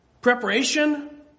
preparation